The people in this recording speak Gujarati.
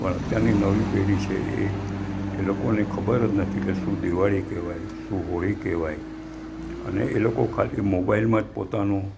પણ અત્યારની નવી પેઢી છે એ એ લોકોને ખબર જ નથી કે શુ દિવાળી કહેવાય શુ હોળી કહેવાય અને એ લોકો ખાલી મોબાઈલમાં જ પોતાનું